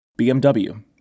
BMW